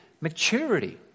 maturity